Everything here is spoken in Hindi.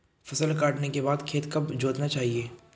फसल काटने के बाद खेत कब जोतना चाहिये?